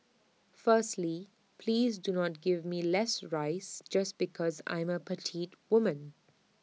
firstly please do not give me less rice just because I am A petite woman